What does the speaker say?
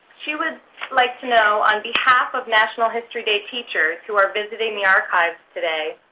she would like to know, on behalf of national history day teachers who are visiting the archives today,